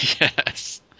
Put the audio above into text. Yes